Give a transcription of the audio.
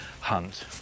hunt